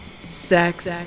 Sex